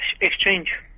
Exchange